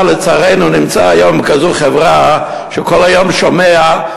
אבל לצערנו הוא נמצא היום בכזו חברה שכל היום הוא שומע: